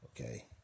Okay